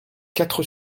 quatre